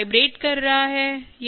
vibrate कर रहा है